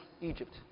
Egypt